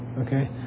okay